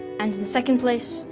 and in second place,